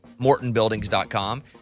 MortonBuildings.com